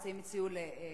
השר הציע לוועדת